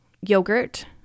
yogurt